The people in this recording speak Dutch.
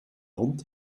hond